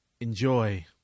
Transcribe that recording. Enjoy